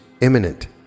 imminent